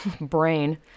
brain